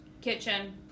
kitchen